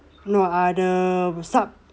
no ah the sub